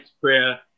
prayer